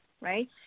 right